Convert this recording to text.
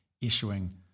issuing